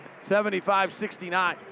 75-69